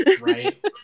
Right